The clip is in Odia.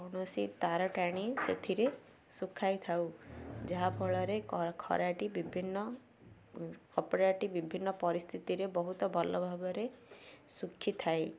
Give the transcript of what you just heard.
କୌଣସି ତାର ଟାଣି ସେଥିରେ ଶୁଖାଇ ଥାଉ ଯାହାଫଳରେ ଖରାଟି ବିଭିନ୍ନ କପଡ଼ାଟି ବିଭିନ୍ନ ପରିସ୍ଥିତିରେ ବହୁତ ଭଲ ଭାବରେ ଶୁଖିଥାଏ